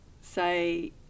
say